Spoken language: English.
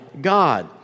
God